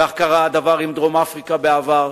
כך קרה הדבר עם דרום-אפריקה בעבר,